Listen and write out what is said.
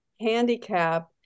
handicap